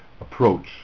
approach